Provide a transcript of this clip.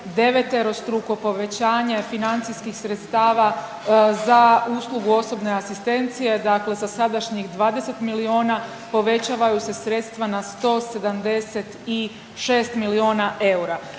deveterostruko povećanje financijskih sredstava za uslugu osobne asistencije, dakle sa sadašnjih 20 milijuna povećavaju se sredstva na 176 milijuna eura.